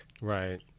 right